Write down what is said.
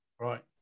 Right